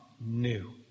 new